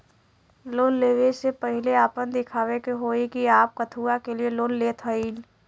Loan ले वे से पहिले आपन दिखावे के होई कि आप कथुआ के लिए लोन लेत हईन?